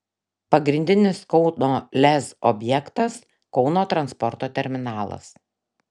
pagrindinis kauno lez objektas kauno transporto terminalas